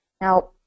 Now